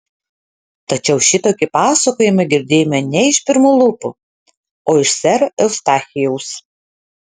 tačiau šitokį pasakojimą girdėjome ne iš pirmų lūpų o iš sero eustachijaus